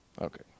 okay